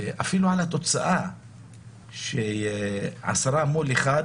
ואפילו על התוצאה של עשרה מול אחד